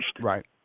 Right